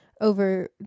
over